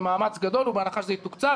במאמץ גדול ובהנחה שזה יתוקצב,